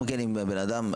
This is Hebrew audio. גם אם הבן אדם,